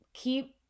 Keep